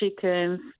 chickens